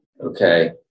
Okay